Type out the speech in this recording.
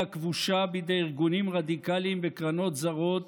כבושה בידי ארגונים רדיקליים וקרנות זרות